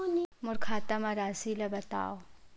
मोर खाता म राशि ल बताओ?